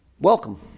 Welcome